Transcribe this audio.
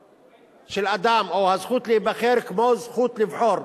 של אדם או הזכות להיבחר כמו הזכות לבחור.